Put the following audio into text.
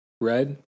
Red